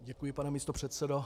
Děkuji, pane místopředsedo.